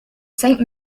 saint